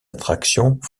attractions